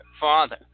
Father